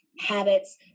habits